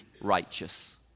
righteous